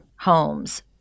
homes